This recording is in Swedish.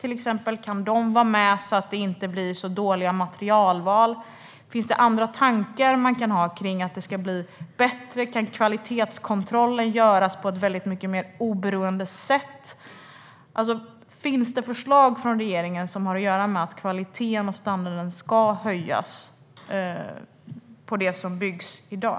Kan de vara med och se till att det inte blir så dåliga materialval? Finns det andra tankar om hur det ska bli bättre? Kan kvalitetskontrollen göras på ett mycket mer oberoende sätt? Finns det förslag från regeringen som har att göra med att kvaliteten och standarden ska höjas på det som byggs i dag?